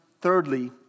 thirdly